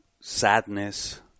sadness